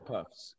Puffs